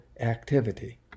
activity